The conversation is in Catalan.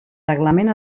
reglament